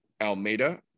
Almeida